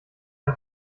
der